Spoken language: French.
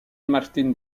martín